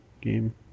game